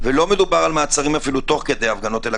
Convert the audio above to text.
-- ולא מדובר על מעצרים אפילו תוך כדי הפגנות אלא